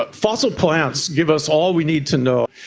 but fossil plants give us all we need to know.